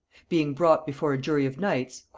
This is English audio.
being brought before a jury of knights,